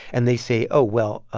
and they say, oh, well, ah